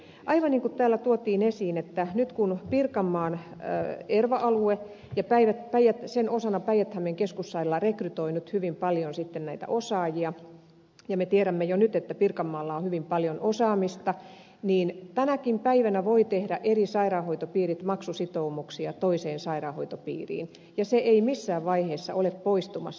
aivan niin kuin täällä tuotiin esiin nyt pirkanmaan erva alue ja sen osana päijät hämeen keskussairaala rekrytoi hyvin paljon näitä osaajia ja me tiedämme jo nyt että pirkanmaalla on hyvin paljon osaamista ja tänäkin päivänä voivat eri sairaanhoitopiirit tehdä maksusitoumuksia toiseen sairaanhoitopiiriin ja se ei missään vaiheessa ole poistumassa